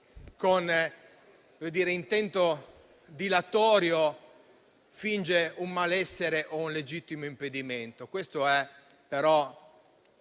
con intento dilatorio, finge un malessere o un legittimo impedimento. È però